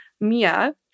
Mia